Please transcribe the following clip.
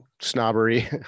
snobbery